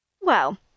Well